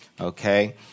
okay